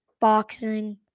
boxing